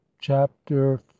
Chapter